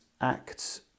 Acts